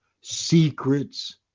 secrets